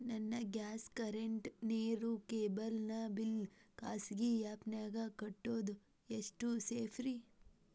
ನನ್ನ gas current, ನೇರು, cable ನ ಬಿಲ್ ಖಾಸಗಿ ಆ್ಯಪ್ ನ್ಯಾಗ್ ಕಟ್ಟೋದು ಎಷ್ಟು ಸೇಫ್ರಿ?